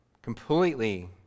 completely